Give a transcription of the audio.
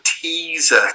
teaser